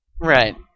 Right